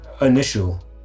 initial